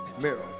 Mirror